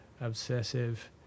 obsessive